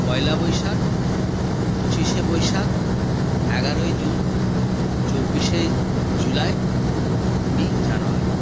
পয়লা বৈশাখ পঁচিশে বৈশাখ এগারোই জুন চব্বিশে জুলাই কুড়ি জানুয়ারি